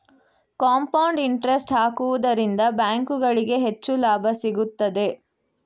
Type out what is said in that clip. compound interest ಹಾಕುವುದರಿಂದ ಬ್ಯಾಂಕುಗಳಿಗೆ ಹೆಚ್ಚು ಲಾಭ ಸಿಗುತ್ತದೆ